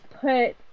put